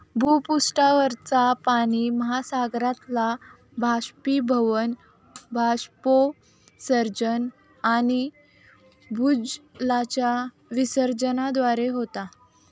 भूपृष्ठावरचा पाणि महासागरातला बाष्पीभवन, बाष्पोत्सर्जन आणि भूजलाच्या विसर्जनाद्वारे होता